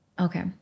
Okay